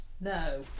No